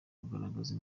kugaragaza